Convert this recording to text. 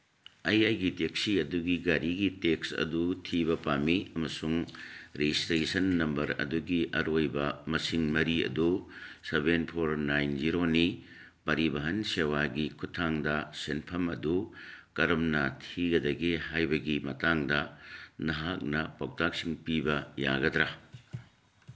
ꯑꯩ ꯑꯩꯒꯤ ꯇꯦꯛꯁꯤ ꯑꯗꯨꯒꯤ ꯒꯥꯔꯤꯒꯤ ꯇꯦꯛꯁ ꯑꯗꯨ ꯊꯤꯕ ꯄꯥꯝꯃꯤ ꯑꯃꯁꯨꯡ ꯔꯦꯖꯤꯁꯇ꯭ꯔꯦꯁꯟ ꯅꯝꯕꯔ ꯑꯗꯨꯒꯤ ꯑꯔꯣꯏꯕ ꯃꯁꯤꯡ ꯃꯔꯤ ꯑꯗꯨ ꯁꯚꯦꯟ ꯐꯣꯔ ꯅꯥꯏꯟ ꯖꯤꯔꯣꯅꯤ ꯄꯔꯤꯚꯟ ꯁꯦꯕꯥꯒꯤ ꯈꯨꯊꯥꯡꯗ ꯁꯦꯟꯐꯝ ꯑꯗꯨ ꯀꯔꯝꯕ ꯊꯤꯒꯗꯒꯦ ꯍꯥꯏꯕꯒꯤ ꯃꯇꯥꯡꯗ ꯅꯍꯥꯛꯅ ꯄꯧꯇꯥꯛꯁꯤꯡ ꯄꯤꯕ ꯌꯥꯒꯗ꯭ꯔꯥ